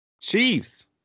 Chiefs